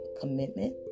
commitment